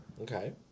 Okay